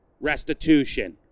restitution